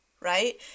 right